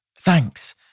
Thanks